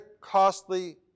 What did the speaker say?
costly